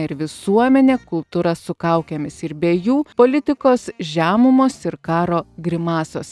ir visuomenė kultūra su kaukėmis ir be jų politikos žemumos ir karo grimasos